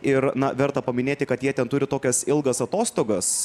ir na verta paminėti kad jie ten turi tokias ilgas atostogas